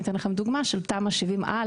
אני אתן לכם דוגמא של תמ"א 70א,